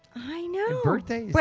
i know. and birthdays.